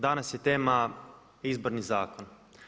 Danas je tema Izborni zakon.